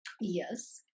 yes